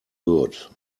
good